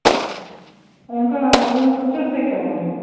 മ്മ് ഞങ്ങൾക്ക് ഒരു അഞ്ചുദിവസത്തേക്ക് വേണമായിരുന്നു